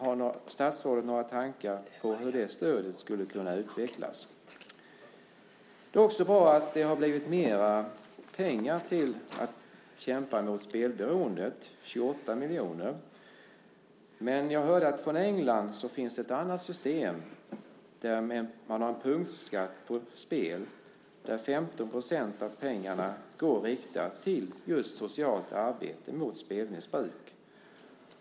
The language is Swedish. Har statsrådet några tankar på hur det stödet skulle kunna utvecklas? Det är bra att det har blivit mer pengar till kampen mot spelberoendet - 28 miljoner. Men jag hörde från England att det där finns ett annat system med en punktskatt på spel, där 15 % av pengarna är riktade till just socialt arbete mot spelmissbruk.